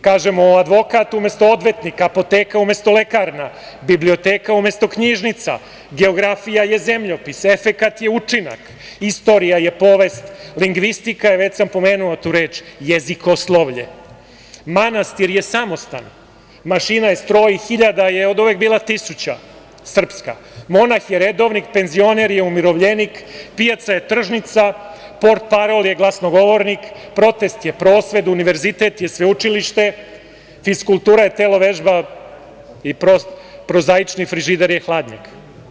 Kažemo advokat umesto odvetnik, apoteka umesto lekarna, biblioteka umesto knjižnica, geografija je zemljopis, efekat je učinak, istorija je povest, lingvistika je, već sam pomenuo tu reč, jezikoslovlje, manastir je samostan, mašina je stroj, hiljada je oduvek bila tisuća, srpska, monah je redovnik, penzioner je umirovljenik, pijaca je tržnica, portparol je glasnogovornik, protest je prosved, univerzitet je sveučilište, fiskultura je telo vežba i prozaični frižider je hladnjak.